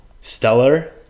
stellar